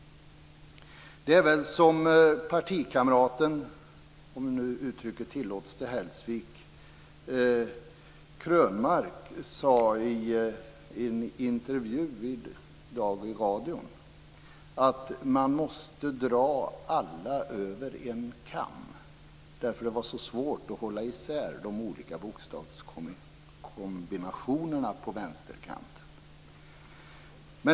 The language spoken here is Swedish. Det är väl som partikamraten, om uttrycket tillåts, till Gun Hellsvik, Eric Krönmark sade i en intervju i dag i radio, nämligen att man måste dra alla över en kam eftersom det är så svårt att hålla isär de olika bokstavskombinationerna på vänsterkanten.